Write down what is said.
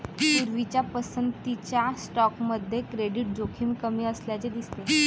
पूर्वीच्या पसंतीच्या स्टॉकमध्ये क्रेडिट जोखीम कमी असल्याचे दिसते